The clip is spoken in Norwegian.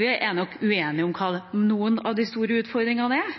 Vi er nok uenige om hva noen av de store utfordringene er,